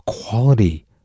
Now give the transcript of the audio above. equality